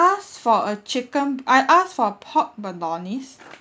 asked for a chicken I asked for a pork bolognese